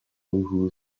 who